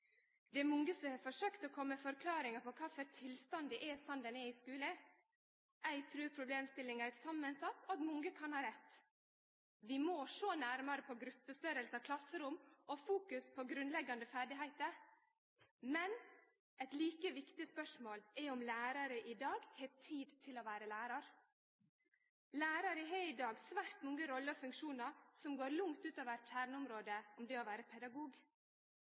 Det er mange som har forsøkt å kome med forklaringar på kvifor tilstanden er som den er i skulen. Eg trur problemstillinga er samansett, og at mange kan ha rett. Vi må sjå nærmare på gruppestørrelsar, klasserom og fokusere på grunnleggjande ferdigheiter. Men eit like viktig spørsmål er om læraren i dag har tid til å vere lærar. Læraren har i dag svært mange roller og funksjonar som går langt utover kjerneområdet, det å vere pedagog.